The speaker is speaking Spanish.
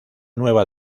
nueva